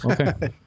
Okay